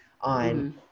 on